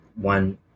one